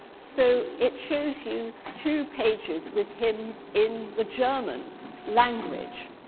so, it shows you two pages with hymns in the german language.